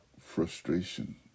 frustration